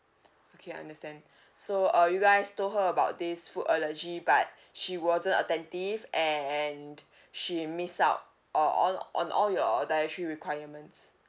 okay understand so uh you guys told her about this food allergy but she wasn't attentive and she missed out o~ on on all your dietary requirements